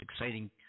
exciting